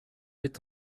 est